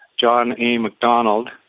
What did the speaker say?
john a macdonald,